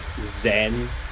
zen